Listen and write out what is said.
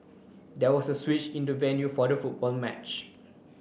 there was a switch in the venue for the football match